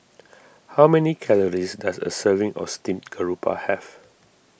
how many calories does a serving of Steamed Garoupa have